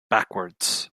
backwards